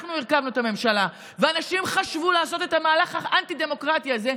כשאנחנו הקמנו את הממשלה ואנשים חשבו לעשות את המהלך האנטי-דמוקרטי הזה,